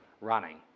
running